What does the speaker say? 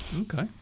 Okay